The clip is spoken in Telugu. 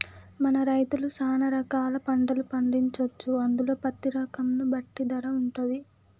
మన రైతులు సాన రకాల పంటలు పండించొచ్చు అందులో పత్తి రకం ను బట్టి ధర వుంటది